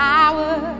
power